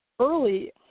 early